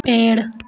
पेड़